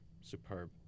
superb